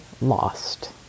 lost